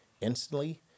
instantly